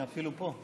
היא אפילו פה.